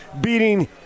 beating